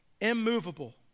immovable